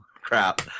Crap